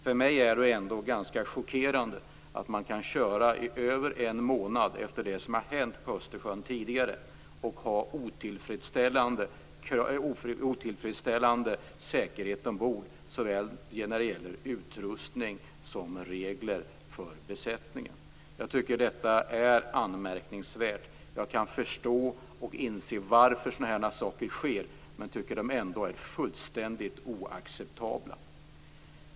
För mig är det ganska chockerande att man efter det som har hänt på Östersjön tidigare kan köra i över en månad och ha otillfredsställande säkerhet ombord såväl när det gäller utrustning som regler för besättningen. Jag tycker att det är anmärkningsvärt. Jag kan förstå varför sådana saker sker men tycker ändå att det är fullständigt oacceptabelt.